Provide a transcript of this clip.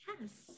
Yes